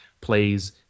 plays